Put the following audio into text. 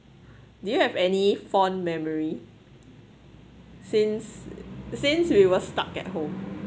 do you have any fond memory since since we were stuck at home